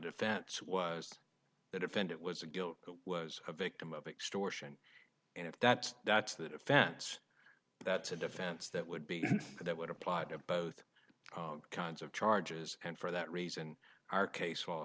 defense was that if it was a guilt was a victim of extortion and if that that's the defense that's a defense that would be that would apply to both kinds of charges and for that reason our case